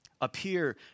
appear